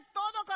todo